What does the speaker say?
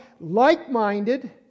Like-minded